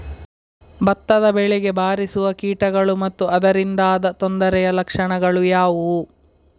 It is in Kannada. ಭತ್ತದ ಬೆಳೆಗೆ ಬಾರಿಸುವ ಕೀಟಗಳು ಮತ್ತು ಅದರಿಂದಾದ ತೊಂದರೆಯ ಲಕ್ಷಣಗಳು ಯಾವುವು?